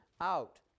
out